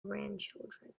grandchildren